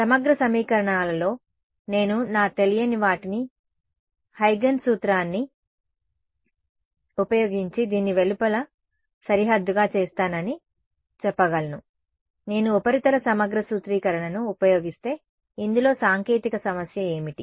సమగ్ర సమీకరణాలలో నేను నా తెలియని వాటిని హైగన్స్Huygen's సూత్రాన్ని ఉపయోగించి దీని వెలుపలి సరిహద్దుగా చేస్తానని చెప్పగలను నేను ఉపరితల సమగ్ర సూత్రీకరణను ఉపయోగిస్తే ఇందులో సాంకేతిక సమస్య ఏమిటి